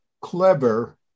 clever